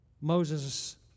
Moses